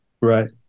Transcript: Right